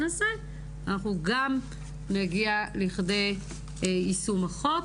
הזה אנחנו גם נגיע לכדי יישום החוק.